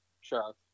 sure